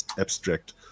abstract